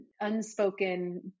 unspoken